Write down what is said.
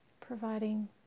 providing